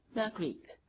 the greeks,